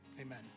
Amen